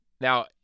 Now